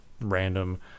random